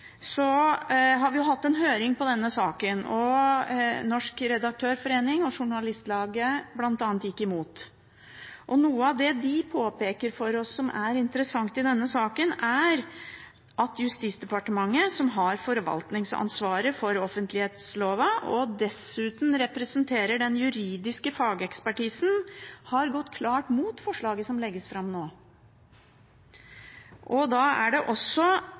Journalistlaget, bl.a., gikk imot. Noe av det de påpeker overfor oss, som er interessant i denne saken, er at Justisdepartementet, som har forvaltningsansvaret for offentlighetsloven, og dessuten representerer den juridiske fagekspertisen, har gått klart mot forslaget som legges fram nå. Da er det også